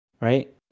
Right